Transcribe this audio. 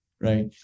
right